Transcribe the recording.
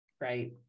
right